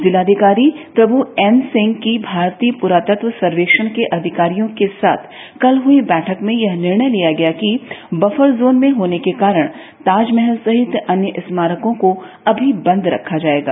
जिलाधिकारी प्रभ् एन सिंह की भारतीय प्रातत्व सर्वेक्षण के अधिकारियों के साथ कल ह्यी बैठक में निर्णय लिया गया कि बफर जोन में होने के कारण ताजमहल सहित अन्य स्मारकों को अभी बन्द रखा जाएगा